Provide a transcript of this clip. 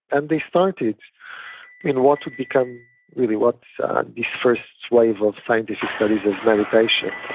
and they started in what would become really what's this first wave of scientific studies of meditation.